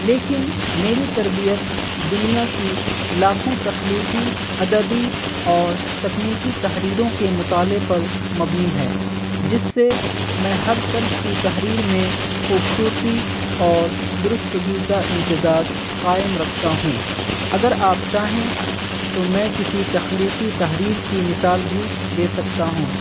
لیکن میری تربیت دنیا کی لاکھوں تخلیقی ادبی اور تکنیکی تحریروں کے مطالعے پر مبنی ہے جس سے میں ہر طرز کی تحریر میں خوبصورتی اور درستگی کا امتزاج قائم رکھتا ہوں اگر آپ چاہیں تو میں کسی تخلیقی تحریر کی مثال بھی دے سکتا ہوں